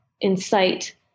incite